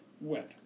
wet